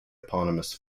eponymous